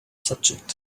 subject